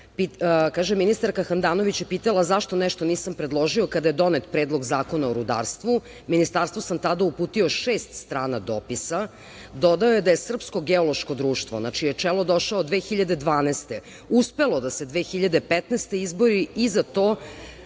– ministarka Handanović je pitala zašto nešto nisam predložio kada je donet Predlog zakona o rudarstvu. Ministarstvu sam tada uputio šest strana dopisa. Dodao je da je Srpsko geološko društvo, na čije je čelo došao 2012. godine, uspelo da se 2015. godine izbori i za to